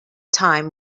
time